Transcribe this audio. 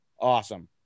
awesome